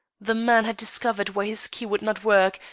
the man had discovered why his key would not work,